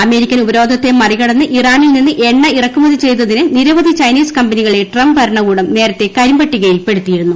American ഉപരോധത്തെ മറികടന്ന് ഇറാനിൽ നിന്ന് എണ്ണ ഇറക്കുമതി ചെയ്തതിന് നിരവധി ചൈനീസ് കമ്പനികളെ ട്രംപ് ഭരണകൂടം നേരത്തെ കരിമ്പട്ടികയിൽപെടുത്തിയിരുന്നു